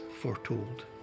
foretold